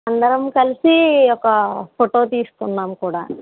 అందరం కలిసి ఒక ఫోటో తీసుకుందాం కూడ